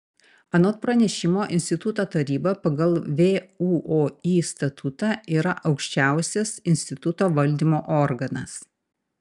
anot pranešimo instituto taryba pagal vuoi statutą yra aukščiausias instituto valdymo organas